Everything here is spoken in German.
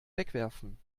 wegwerfen